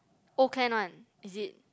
old kent one is it